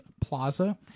Plaza